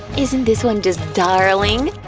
isn't this one just darling?